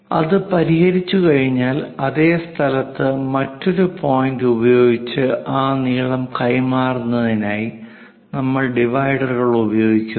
അത് പരിഹരിച്ചുകഴിഞ്ഞാൽ അതേ സ്ഥലത്ത് മറ്റൊരു പോയിന്റ് ഉപയോഗിച്ച് ആ നീളം കൈമാറുന്നതിനായി നമ്മൾ ഡിവൈഡറുകൾ ഉപയോഗിക്കുന്നു